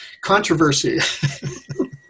controversy